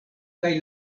kaj